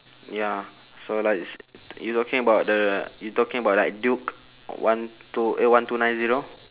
ya so like s~ you talking about the you talking about like duke one two eh one two nine zero